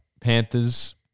Panthers